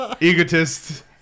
Egotist